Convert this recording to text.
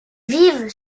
vivent